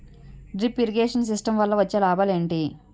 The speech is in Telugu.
డ్రిప్ ఇరిగేషన్ సిస్టమ్ వల్ల వచ్చే లాభాలు ఏంటి?